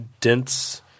dense